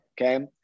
Okay